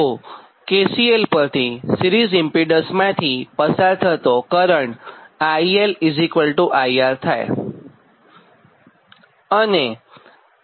તો KCL પરથી series ઇમ્પીડન્સમાંથી પસાર થતો કરંટ IL IR થાય છે